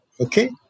Okay